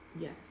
Yes